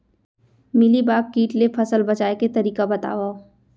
Mealybug किट ले फसल बचाए के तरीका बतावव?